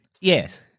Yes